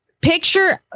picture